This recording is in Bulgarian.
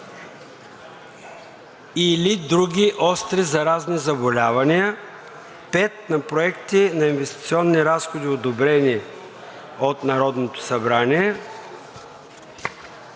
или други остри заразни заболявания; 5. на проекти за инвестиционни разходи, одобрени от Народното събрание;